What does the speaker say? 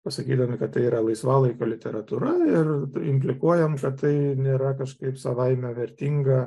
pasakyta kad tai yra laisvalaikio literatūra ir implikuojame kad tai nėra kažkaip savaime vertinga